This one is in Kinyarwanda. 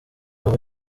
abo